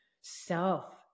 self